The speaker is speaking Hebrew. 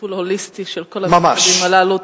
טיפול הוליסטי של כל המשרדים הללו,